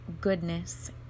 goodness